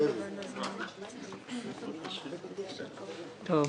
בוקר טוב,